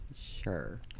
Sure